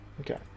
Okay